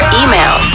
email